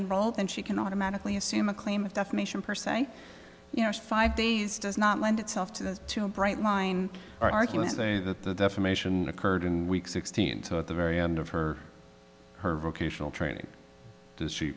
enrolled and she can automatically assume a claim of defamation per se you know five days does not lend itself to this too bright line argument that the defamation occurred in week sixteen to at the very end of her her vocational training